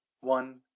one